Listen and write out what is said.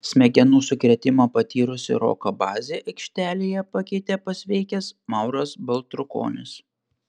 smegenų sukrėtimą patyrusį roką bazį aikštelėje pakeitė pasveikęs mauras baltrukonis